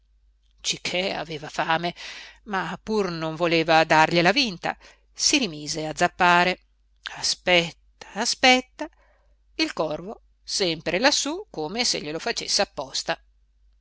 calare cichè aveva fame ma pur non voleva dargliela vinta si rimise a zappare aspetta aspetta il corvo sempre lassù come se glielo facesse apposta